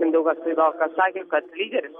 mindaugas puidokas sakė kad lyderis